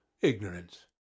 ignorance